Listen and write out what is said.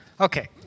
Okay